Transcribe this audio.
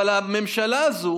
אבל הממשלה הזו